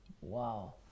Wow